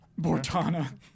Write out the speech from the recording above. Bortana